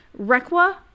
Requa